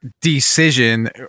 decision